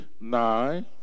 nine